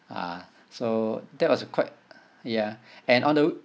ah so that was uh quite ya and on the